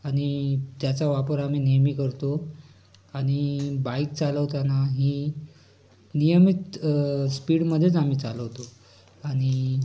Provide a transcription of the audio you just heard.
आणि त्याचा वापर आम्ही नेहमी करतो आणि बाईक चालवतानाही नियमित स्पीडमधेच आम्ही चालवतो आणि